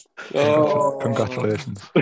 Congratulations